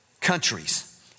countries